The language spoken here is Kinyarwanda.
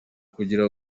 kugira